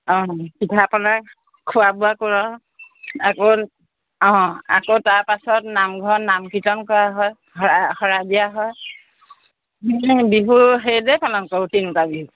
অঁ পিঠা পনা খোৱা বোৱা কৰা আকৌ অঁ আকৌ তাৰপাছত নামঘৰত নাম কীৰ্তন কৰা হয় শৰাই দিয়া হয় মানে বিহু সেইদৰে পালন কৰোঁ তিনিটা বিহু